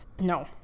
No